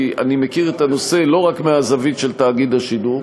כי אני מכיר את הנושא לא רק מהזווית של תאגיד השידור: